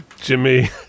Jimmy